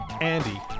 andy